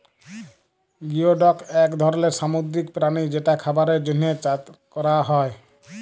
geoduck এক ধরলের সামুদ্রিক প্রাণী যেটা খাবারের জন্হে চাএ ক্যরা হ্যয়ে